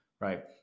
Right